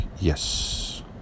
yes